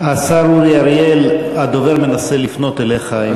השר אורי אריאל, הדובר מנסה לפנות אליך.